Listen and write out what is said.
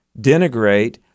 denigrate